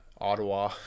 ottawa